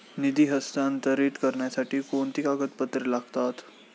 निधी हस्तांतरित करण्यासाठी कोणती कागदपत्रे लागतात?